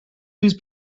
these